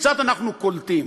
קצת אנחנו קולטים.